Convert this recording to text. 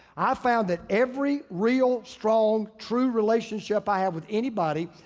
i found that every real strong true relationship i have with anybody,